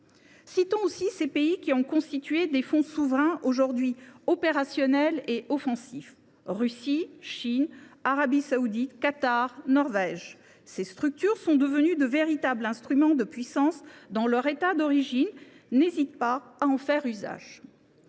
Citons aussi ces pays qui ont constitué des fonds souverains, aujourd’hui opérationnels et offensifs : Russie, Chine, Arabie saoudite, Qatar et Norvège. Ces structures sont devenues de véritables instruments de puissance dont leur État d’origine n’hésite pas à faire usage.